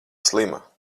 slima